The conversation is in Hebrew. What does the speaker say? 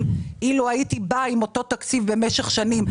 אם הייתי באה עם אותו תקציב במשך שנים,